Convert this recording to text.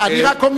אני,